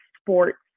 sports